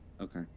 Okay